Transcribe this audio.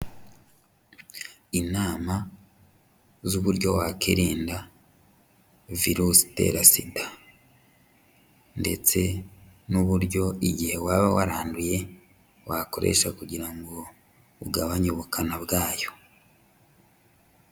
Inama z'uburyo wakirinda virusi itera SIDA. Ndetse n'uburyo igihe waba waranduye, wakoresha kugira ngo ugabanye ubukana bwayo.